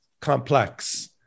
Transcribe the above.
complex